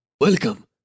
Welcome